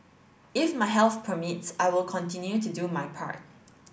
if my health permits I will continue to do my part